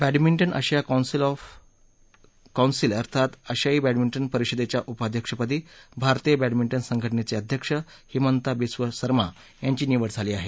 badminton आशिया council अर्थात आशियाई बॅडमिंटन परिषदेच्या उपाध्यक्षपदी भारतीय बॅडमिंटन संघटनेचे अध्यक्ष हिमंता बिस्व सर्मा यांची निवड झाली आहे